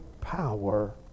power